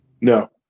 no